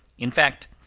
in fact,